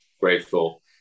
grateful